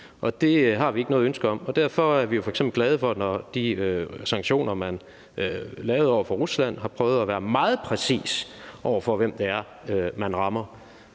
og det har vi ikke noget ønske om. Derfor er vi f.eks. glade for, når man med de sanktioner, man lavede over for Rusland, har prøvet at være meget præcis over for, hvem det er, man rammer,